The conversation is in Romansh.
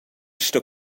sto